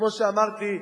כמו שאמרתי,